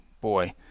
boy